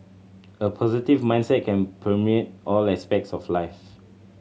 a positive mindset can permeate all aspects of life